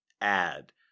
add